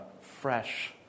fresh